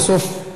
בסוף,